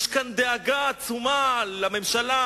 יש כאן דאגה עצומה לממשלה,